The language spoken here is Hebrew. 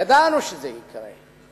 ידענו שזה יקרה,